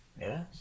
yes